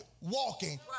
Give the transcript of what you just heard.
walking